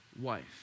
wife